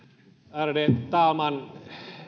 ärade talman